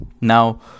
Now